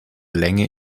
länge